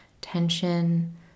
tension